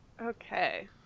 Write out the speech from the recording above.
okay